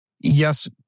yes